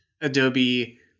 Adobe